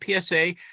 PSA